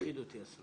מפחיד אותי.